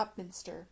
Upminster